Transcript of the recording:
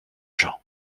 jean